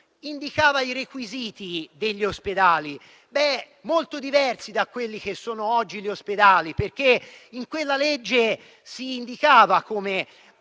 indicava i requisiti degli ospedali, molto diversi da quelli che sono oggi gli ospedali. In quella legge si indicava come